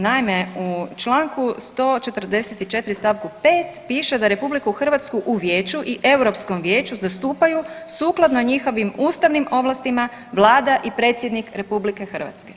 Naime, u čl. 144. st. 5. piše da RH u Vijeću i Europskom vijeću zastupaju sukladno njihovim ustavnim ovlastima vlada i predsjednik RH.